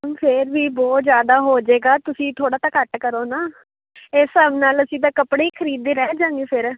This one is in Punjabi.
ਫਿਰ ਵੀ ਬਹੁਤ ਜ਼ਿਆਦਾ ਹੋ ਜਾਏਗਾ ਤੁਸੀਂ ਥੋੜ੍ਹਾ ਤਾਂ ਘੱਟ ਕਰੋ ਨਾ ਇਸ ਹਿਸਾਬ ਨਾਲ ਅਸੀਂ ਤਾਂ ਕੱਪੜੇ ਹੀ ਖਰੀਦਦੇ ਰਹਿ ਜਾਂਗੇ ਫਿਰ